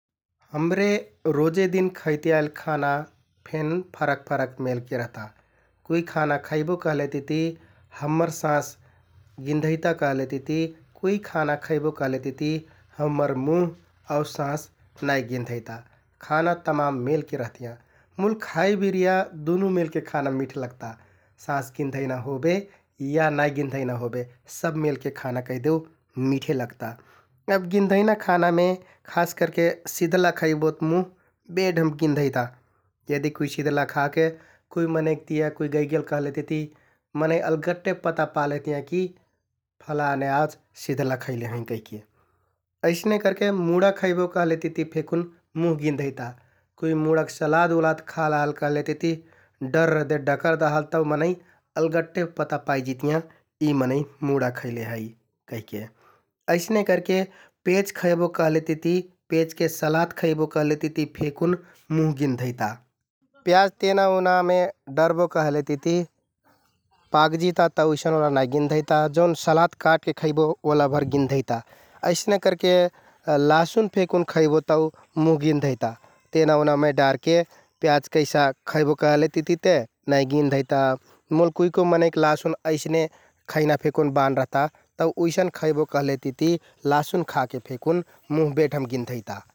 हमरे रोजेदिन खैति आइल खाना फेन फरक फरक मेलके रहता । कुइ खाना खैबो कहलेतिति हम्मर साँस गिन्धैता कहलेतिति कुइ खाना खैबो कहलेतिति हम्मर मुह आउ साँस नाइ गिन्धैता । खाना तमाम मेलके रहतियाँ मुल खाइ बिरिया दुनु मेलके खाना मिठ लगता । साँस गिन्धैना होबे या नाइ गिन्धैना होबे, सब मेलके खाना कैहदेउ मिठे लगता । अब गिन्धैना खानामे खास करके सिध्ला खैबोत मुह बेढम गिन्धैता । यदि कुइ सिध्ला खाके कुइ मनैंकतिया कुइ गैगेल कहलेतिति मनैं अलगट्टे पता पा लेहतियाँ कि फलाने आज सिध्ला खैले हैं कहिके । अइसने करके मुडा खैबो कहलेतिति फेकुन मुह गिन्धैता । कुइ मुडाक सलाद उलाद खा लहल कहलेतिति डरर् दे डकर दहल कहलेतिति मनैं अलगट्टे पता पा लहतियाँ यि मनैं मुडा खैले है कहिके । अइसने करके पेज खैबो कहलेतिति पेजके सलाद खैबो कहलेतिति फेकुन मुह गिन्धैता । प्याज तेना उनामे डरबो कहलेतिति पाकजिता तौ उइसनओला नाइ गिन्धैता जौन सलाद काटके खैबो ओलाभर गिन्धैता अइसने करके लासुन फेकुन खैबो तौ मुह गिन्धैता । तेना उनामे प्याज कैसा खैबो कहलेतिति ते नाइ गिन्धैता मुल कुइ कुइ मनैंक लासुन अइसने खैना फेकुन बान रहता, तौ उइसन खैबो कहलेतिति लासुन खाके फेकुन मुह बेढम गिन्धैता ।